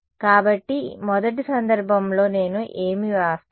కాబట్టి మొదటి సందర్భంలో నేను ఏమి వ్రాస్తాను